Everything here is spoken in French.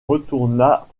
retourna